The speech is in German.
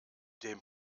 dem